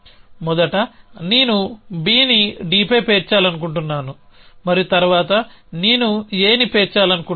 మొదట నేను Bని Dపై పేర్చాలను కుంటున్నాను మరియు తర్వాత నేను Aని పేర్చాలనుకుంటున్నాను